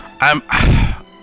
I'm-